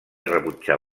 rebutjar